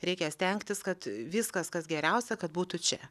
reikia stengtis kad viskas kas geriausia kad būtų čia